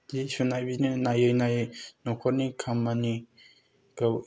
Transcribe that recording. जि सुनाय बिदिनो नायै नायै न'खरनि खामानिखौ